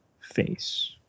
face